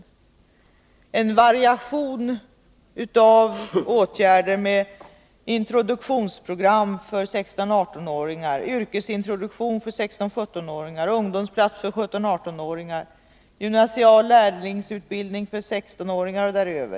Det är en variation av åtgärder med introduktionsprogram för 16-18-åringar, yrkesintroduktion för 16-17-åringar, ungdomsplatser för 17—-18-åringar och gymnasial lärlingsutbildning för dem som är 16 år och däröver.